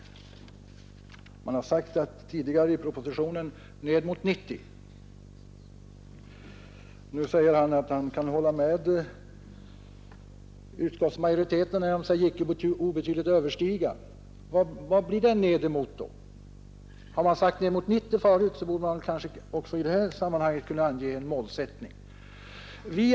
I propositionen har ju ändå antalet polisdistrikt angivits till ca 90, och nu säger statsrådet att han kan hålla med utskottsmajoriteten om att antalet distrikt bör icke obetydligt överstiga 90. Vad blir det ned emot då? Har man sagt ned emot 90 tidigare, så borde man väl också i detta sammanhang kunna ange en målsättning.